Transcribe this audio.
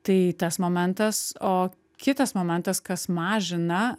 tai tas momentas o kitas momentas kas mažina